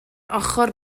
ochr